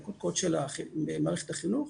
זה הקדקוד של מערכת החינוך,